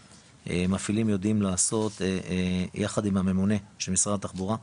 מפעילים יודעים לעשות יחד עם הממונה של משרד התחבורה,